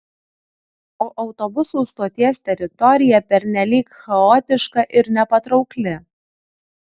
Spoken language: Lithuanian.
o autobusų stoties teritorija pernelyg chaotiška ir nepatraukli